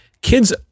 kids